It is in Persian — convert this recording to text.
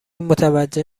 متوجه